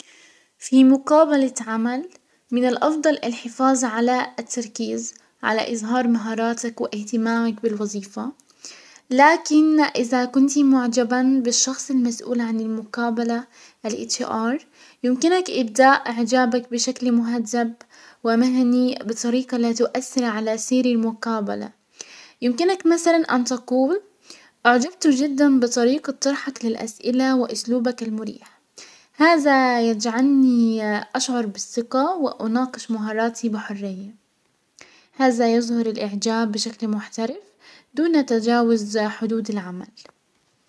في مقابلة عمل من الافضل الحفاز على التركيز على ازهار مهاراتك واهتمامك بالوظيفة، لكن اذا كنت معجبا بالشخص المسؤول عن المقابلة الاتش ار، يمكنك ابداء اعجابك بشكل مهذب ومهني بطريقة لا تؤثر على سير المقابلة، يمكنك مثلا ان تقول اعجبت جدا بطريقة طرحك للاسئلة واسلوبك المريح. هذا يجعلني اشعر بالسقة واناقش مهاراتي بحرية، هذا يزهر الاعجاب بشكل محترف دون تجاوز حدود العمل.